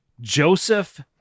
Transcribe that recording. Joseph